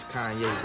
Kanye